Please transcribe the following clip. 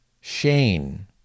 Shane